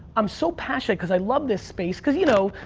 i'm so passionate because i love this space. because you know,